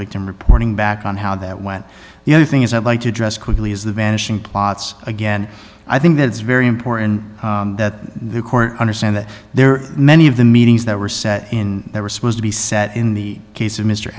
victim reporting back on how that went the other thing is i'd like to address quickly as the vanishing plots again i think that it's very important that the court understand that there are many of the meetings that were set in that were supposed to be set in the case of mr